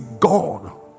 God